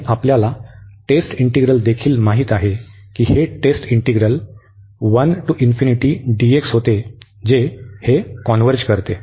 आणि आपल्याला test integral देखील माहित आहे की हे टेस्ट इंटीग्रल होते जे हे कॉन्व्हर्ज करते